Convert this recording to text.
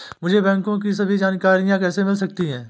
मुझे बैंकों की सभी जानकारियाँ कैसे मिल सकती हैं?